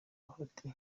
bahati